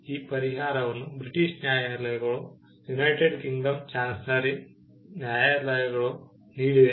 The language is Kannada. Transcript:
ಈ ಪರಿಹಾರವನ್ನು ಬ್ರಿಟಿಷ್ ನ್ಯಾಯಾಲಯಗಳು ಯುನೈಟೆಡ್ ಕಿಂಗ್ಡಂನ ಚಾನ್ಸರಿ ನ್ಯಾಯಾಲಯಗಳು ನೀಡಿವೆ